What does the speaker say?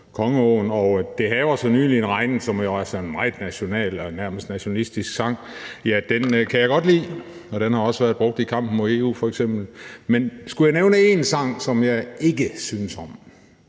»Det haver så nyligen regnet«, som jo altså er en meget national, nærmest nationalistisk sang, kan jeg godt lide, og den har også været brugt i kampen mod EU f.eks. Men skulle jeg nævne en sang, som jeg personligt